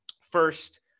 first